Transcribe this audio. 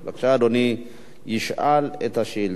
אדוני ישאל את השאילתא,